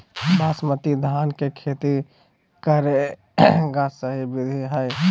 बासमती धान के खेती करेगा सही विधि की हय?